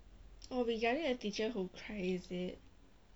oh regarding the teacher who cried is it